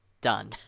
done